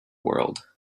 world